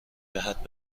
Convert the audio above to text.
جهت